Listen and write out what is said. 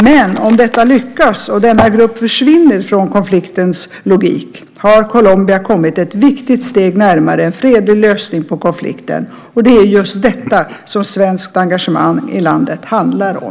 Men om detta lyckas, och denna grupp försvinner från konfliktens logik, har Colombia kommit ett viktigt steg närmare en fredlig lösning på konflikten. Det är just detta som svenskt engagemang i landet handlar om.